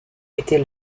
était